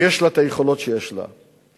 ויש לה את היכולות שיש לה.